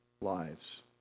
lives